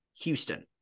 Houston